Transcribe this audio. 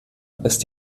ist